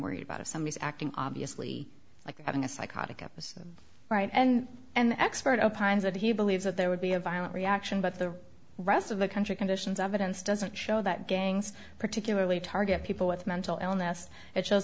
worried about of some he's acting obviously like having a psychotic episode right and an expert opined that he believes that there would be a violent reaction but the rest of the country conditions evidence doesn't show that gangs particularly target people with mental illness it shows